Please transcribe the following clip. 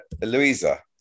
Louisa